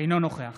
אינו נוכח